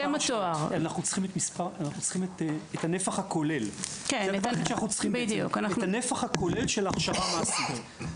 אנחנו צריכים את הנפח הכולל של ההכשרה המעשית.